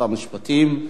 אם תרצה בכך,